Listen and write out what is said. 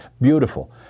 beautiful